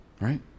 right